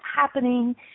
happening